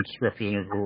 Representative